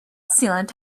sealant